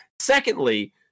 Secondly